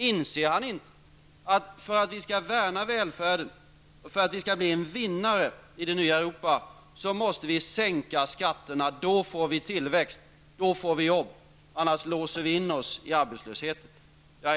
Inser han inte att om vi skall värna välfärden och bli en vinnare i det nya Europa, måste vi sänka skatterna? Då får vi tillväxt, då får vi jobb. Annars låser vi in oss i arbetslösheten.